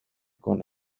con